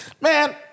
man